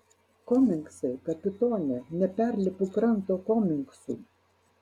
komingsai kapitone neperlipu kranto komingsų